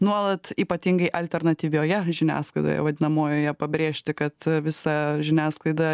nuolat ypatingai alternatyvioje žiniasklaidoje vadinamojoje pabrėžti kad visa žiniasklaida